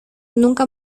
nunca